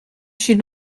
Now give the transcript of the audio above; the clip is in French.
suis